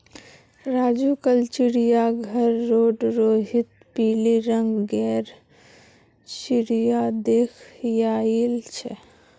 राजू कल चिड़ियाघर रोड रोहित पिली रंग गेर चिरया देख याईल छे